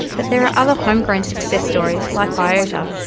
but there are other home-grown success stories like biota,